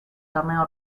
torneo